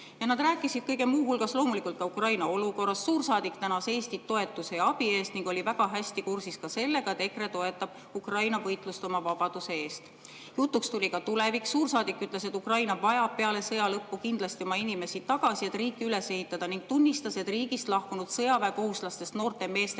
Nad rääkisid kõige muu hulgas loomulikult ka Ukraina olukorrast. Suursaadik tänas Eestit toetuse ja abi eest ning oli väga hästi kursis ka sellega, et EKRE toetab Ukraina võitlust oma vabaduse eest. Jutuks tuli ka tulevik. Suursaadik ütles, et Ukraina vajab peale sõja lõppu kindlasti oma inimesi tagasi, et riiki üles ehitada, ning tunnistas, et riigist lahkunud sõjaväekohustuslastest noorte meeste